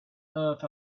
earth